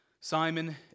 Simon